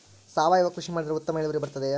ಸಾವಯುವ ಕೃಷಿ ಮಾಡಿದರೆ ಉತ್ತಮ ಇಳುವರಿ ಬರುತ್ತದೆಯೇ?